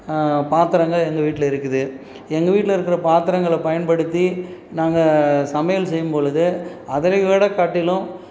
பாத்திரங்கள் எங்கள் வீட்டில இருக்குது எங்கள் வீட்டில இருக்கிற பத்திரங்களை பயன்படுத்தி நாங்கள் சமையல் செய்யும்பொழுது அதைவிட காட்டிலும்